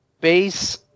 base